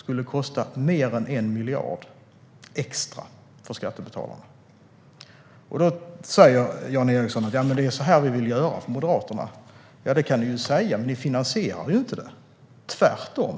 skulle det kosta mer än 1 miljard extra för skattebetalarna. Jan Ericson säger att så vill Moderaterna göra. Det kan ni ju säga, men ni finansierar det inte, tvärtom.